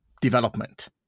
development